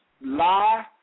lie